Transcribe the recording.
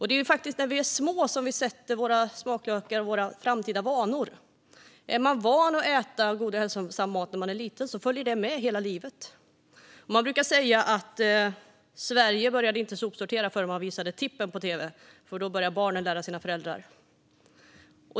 Det är ju när vi är små som vi utvecklar våra smaklökar och framtida vanor. Om man är van att äta god och hälsosam mat när man är liten följer det med hela livet. Man brukar säga att Sverige inte började sopsortera förrän Tippen visades på tv, för då började barnen lära sina föräldrar att sopsortera.